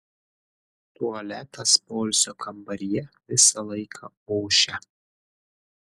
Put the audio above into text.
tualetas poilsio kambaryje visą laiką ošia